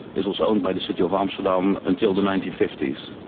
it was owned by the city of amsterdam until the nineteen fifty s.